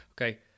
okay